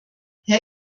herr